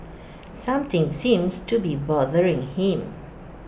something seems to be bothering him